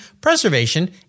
Preservation